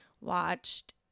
watched